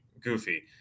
goofy